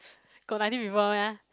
got nineteen people meh